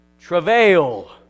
travail